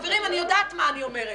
חברים, אני יודעת מה אני אומרת.